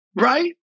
right